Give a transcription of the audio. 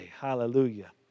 Hallelujah